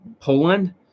Poland